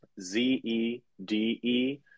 Z-E-D-E